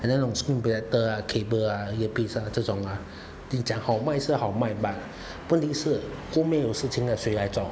and then 那种 screw driver ah cable ah earpiece ah 这种啊你讲好卖是好卖 but 问题是后面有事情了谁来做